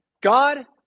God